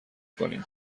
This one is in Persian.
کنیم